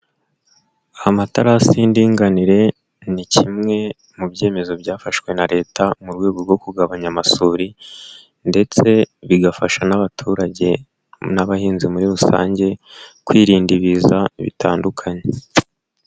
Amatarasi y'indinganire ni kimwe mu byemezo byafashwe na Leta, mu rwego rwo kugabanya amasuri ndetse bigafasha n'abaturage n'abahinzi muri rusange, kwirinda ibiza bitandukanye.